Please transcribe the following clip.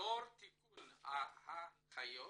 לאור תיקון ההנחיות,